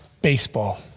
baseball